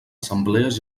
assemblees